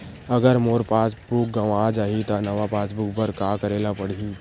अगर मोर passbook गवां जाहि त नवा पास बुक बर का करे ल पड़हि?